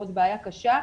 זו עוד בעיה קשה,